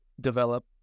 develop